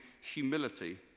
humility